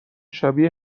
شبیه